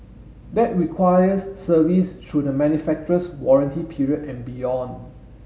that requires service through the manufacturer's warranty period and beyond